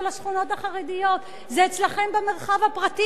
לשכונות החרדיות: זה אצלכם במרחב הפרטי,